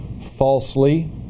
falsely